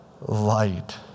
light